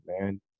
man